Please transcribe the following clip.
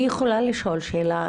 אני יכולה לשאול שאלה?